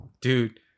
Dude